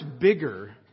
bigger